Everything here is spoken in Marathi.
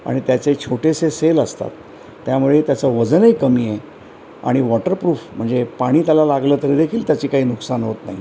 आणि त्याचे छोटेसे सेल असतात त्यामुळे त्याचं वजनही कमी आहे आणि वॉटरप्रूफ म्हणजे पाणी त्याला लागलं तरी देखील त्याची काही नुकसान होत नाही